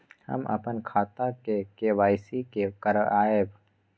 हम अपन खाता के के.वाई.सी के करायब?